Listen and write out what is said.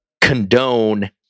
condone